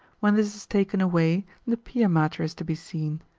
when this is taken away, the pia mater is to be seen,